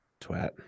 Twat